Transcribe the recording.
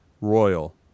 Royal